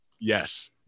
yes